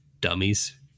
dummies